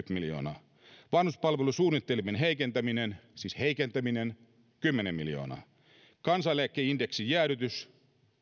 miljoonaa viisi vanhuspalvelusuunnitelmien heikentäminen siis heikentäminen kymmenen miljoonaa kuusi kansaneläkeindeksin jäädytys